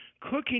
cooking